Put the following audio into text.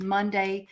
Monday